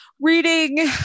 reading